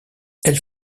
elles